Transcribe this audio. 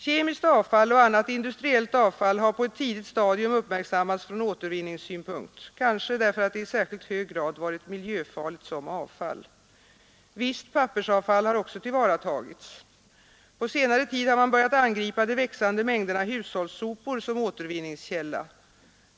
Kemiskt avfall och annat industriellt avfall har på ett tidigt stadium uppmärksammats från återvinningssynpunkt, kanske därför att det i särskilt hög grad varit miljöfarligt som avfall. Visst pappersavfall har också tillvaratagits. På senare tid har man börjat angripa de växande mängderna hushållssopor som återvinningskälla.